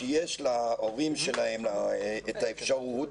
שיש להורים שלהם את האפשרות,